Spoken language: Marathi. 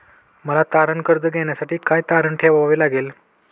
मला तारण कर्ज घेण्यासाठी काय तारण ठेवावे लागेल?